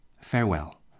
Farewell